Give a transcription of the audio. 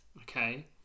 Okay